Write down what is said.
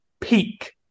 peak